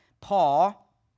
Paul